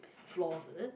floors is it